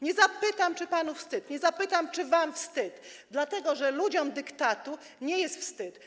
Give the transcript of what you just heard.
Nie zapytam, czy panu wstyd, nie zapytam, czy wam wstyd, dlatego że ludziom dyktatu nie jest wstyd.